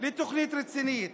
ותוכנית רצינית.